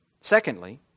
Secondly